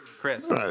Chris